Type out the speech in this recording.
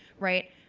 right?